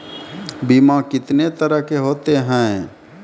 बीमा कितने तरह के होते हैं?